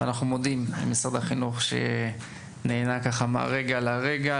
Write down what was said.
אנחנו מודים למשרד החינוך שנענה מהרגע להרגע,